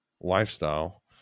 lifestyle